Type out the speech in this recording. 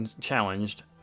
challenged